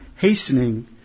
hastening